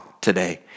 today